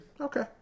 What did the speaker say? Okay